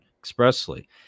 expressly